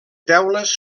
teules